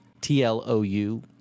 t-l-o-u